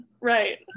Right